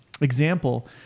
example